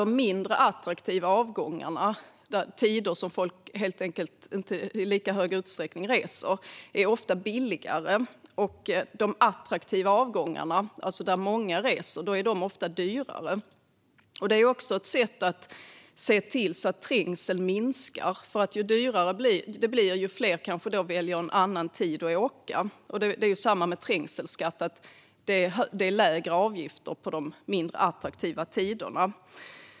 De mindre attraktiva avgångarna, på tider som folk helt enkelt inte i lika stor utsträckning reser på, är ofta billigare. De attraktiva avgångarna, då många reser, är ofta dyrare. Detta är också ett sätt att se till att trängseln minskar - ju dyrare det blir, desto fler kanske väljer en annan tid att åka. Det är ju samma sak med trängselskatt; det är lägre avgifter på de mindre attraktiva tiderna.